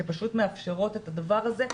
שפשוט מאפשרים את הדבר הזה.